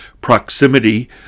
proximity